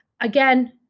Again